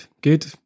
good